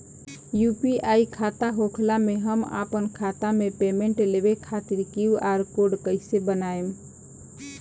UPI खाता होखला मे हम आपन खाता मे पेमेंट लेवे खातिर क्यू.आर कोड कइसे बनाएम?